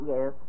Yes